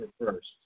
first